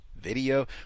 video